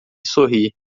sorri